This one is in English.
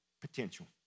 potential